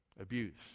abuse